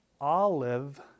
olive